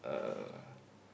uh